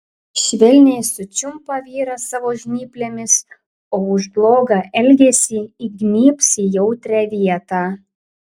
švelniai sučiumpa vyrą savo žnyplėmis o už blogą elgesį įgnybs į jautrią vietą